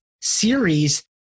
series